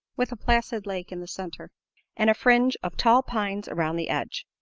with a placid lake in the center and a fringe of tall pines around the edge.